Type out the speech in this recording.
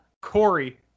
Corey